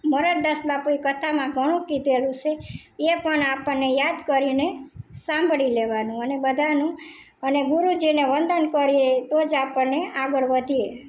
મોરારી દાસ બાપુએ કથામાં ઘણું કીધેલું છે એ આપણને યાદ કરીને સાંભળી લેવાનું અને બધાંનું અને ગુરુજીને વંદન કરીએ તોજ આપણે આગળ વધીએ